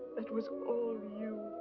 that was all you.